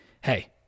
hey